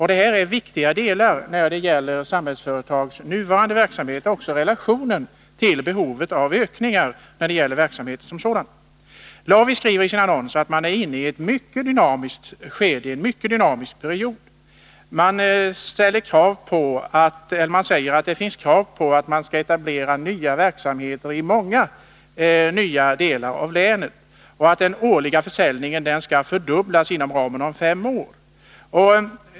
Detta är viktiga delar när det gäller Samhällsföretags nuvarande verksamhet och även relationen till behovet av ökningar i fråga om verksamheten som sådan. LAVI skriver i sin annons att man är inne i en mycket dynamisk period. Man säger att det finns krav på att man skall etablera nya verksamheter i många delar av länet. Det sägs vidare att den årliga försäljningen skall fördubblas inom fem år.